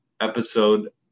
Episode